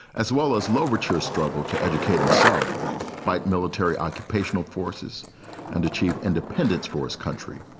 as well as louverture, struggle to educate himself via military occupational forces and achieve independence for his country.